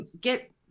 get